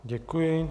Děkuji.